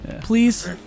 Please